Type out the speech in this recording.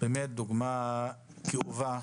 דוגמה כאובה